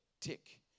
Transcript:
tick